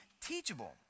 teachable